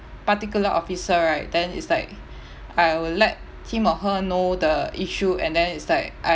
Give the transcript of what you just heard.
particular officer right then it's like I will let him or her know the issue and then it's like I